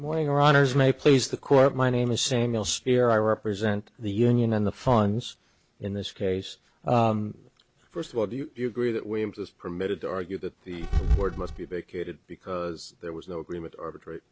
morning or honors may please the court my name is samuel steer i represent the union in the funds in this case first of all do you agree that way into this permitted to argue that the board must be vacated because there was no agreement arbitra